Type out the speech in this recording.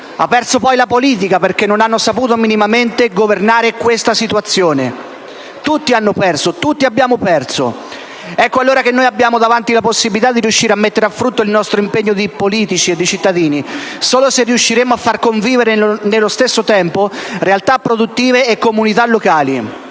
ha perso poi la politica, perché non ha saputo minimamente governare questa situazione; tutti hanno perso, tutti abbiamo perso! Ecco allora che noi abbiamo davanti la possibilità di riuscire a mettere a frutto il nostro impegno di politici e di cittadini solo se riusciremo a far convivere nello stesso tempo realtà produttive e comunità locali.